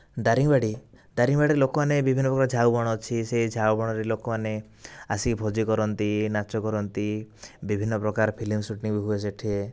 ଦାରିଙ୍ଗବାଡ଼ି ଦାରିଙ୍ଗବାଡ଼ିର ଲୋକମାନେ ବିଭିନ୍ନ ପ୍ରକାର ଝାଉଁ ବଣ ଅଛି ସେହି ଝାଉଁ ବଣରେ ଲୋକମାନେ ଆସିକି ଭୋଜି କରନ୍ତି ନାଚ କରନ୍ତି ବିଭିନ୍ନ ପ୍ରକାର ଫିଲ୍ମ ସୁଟିଂ ହୁଏ ସେ'ଠାରେ